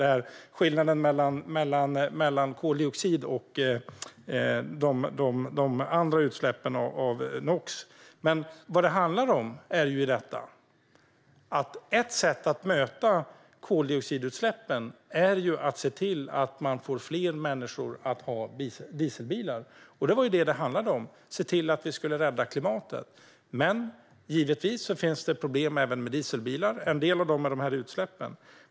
Det handlar om skillnaden mellan koldioxid och de andra utsläppen, av NOx. Ett sätt att möta koldioxidutsläppen är att få fler människor att ha dieselbilar, och det är vad det handlade om: att se till att vi räddar klimatet. Men givetvis finns det problem även med dieselbilar, och en del av dem var utsläppen.